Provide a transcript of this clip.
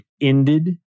ended